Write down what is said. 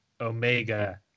Omega